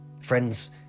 Friends